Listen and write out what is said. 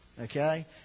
Okay